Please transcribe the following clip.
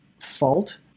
fault